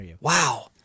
Wow